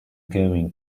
going